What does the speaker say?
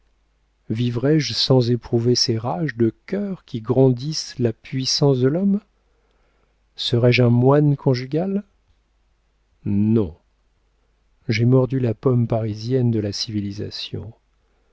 vivrais-je sans éprouver ces rages de cœur qui grandissent la puissance de l'homme serais-je un moine conjugal non j'ai mordu la pomme parisienne de la civilisation